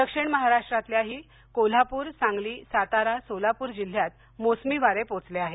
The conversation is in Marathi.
दक्षिण महाराष्ट्रातल्याही कोल्हापूर सांगलीसातारा सोलापूर जिल्ह्यात मोसमी वारे पोहोचले आहेत